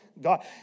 God